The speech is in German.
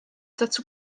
dazu